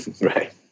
right